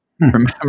Remember